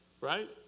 Right